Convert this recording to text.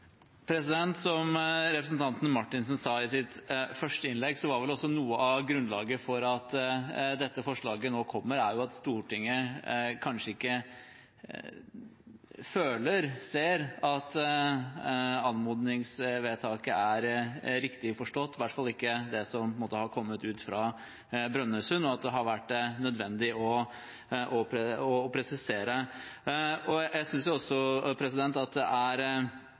sa i sitt første innlegg, var noe av grunnlaget for at dette forslaget nå kommer, at Stortinget ser at anmodningsvedtaket kanskje ikke er riktig forstått − i hvert fall ikke det som måtte ha kommet ut fra Brønnøysund − og at det har vært nødvendig å presisere. Jeg synes også at det er noe spesielt å skulle henvise til en utredning fra Tax Justice Network. Det er